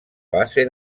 base